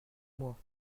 moi